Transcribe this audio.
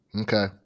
Okay